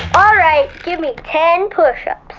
alright. give me ten push-ups.